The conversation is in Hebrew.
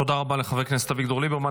תודה רבה לחבר הכנסת אביגדור ליברמן.